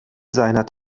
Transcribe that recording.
seiner